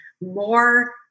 more